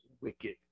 wicked